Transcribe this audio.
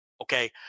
okay